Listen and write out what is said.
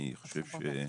יש לנו